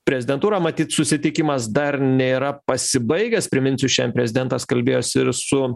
prezidentūrą matyt susitikimas dar nėra pasibaigęs priminsiu šian prezidentas kalbėjosi ir su